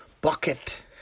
bucket